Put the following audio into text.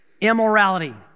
immorality